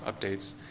updates